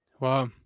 wow